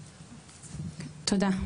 תודה.